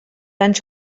anys